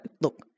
look